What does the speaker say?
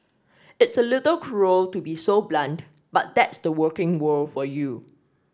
it's a little cruel to be so blunt but that's the working world for you